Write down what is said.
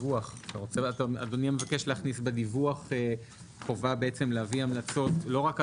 אדוני מבקש להכניס בדיווח חובה להביא המלצות לא רק על